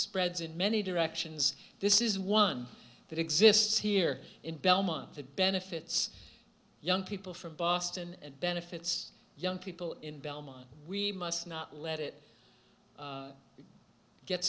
spreads in many directions this is one that exists here in belmont that benefits young people from boston and benefits young people in belmont we must not let it